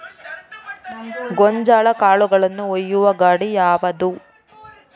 ಗೋಂಜಾಳ ಕಾಳುಗಳನ್ನು ಒಯ್ಯುವ ಗಾಡಿ ಯಾವದು?